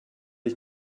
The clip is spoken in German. ich